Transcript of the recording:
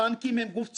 הבנקים הם גוף ציבורי,